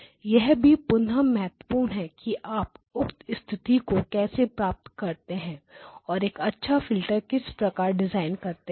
यह भी पुनः महत्वपूर्ण है कि आप उक्त स्थिति को कैसे प्राप्त करते हैं और एक अच्छा फिल्टर किस प्रकार डिज़ाइन करेंगे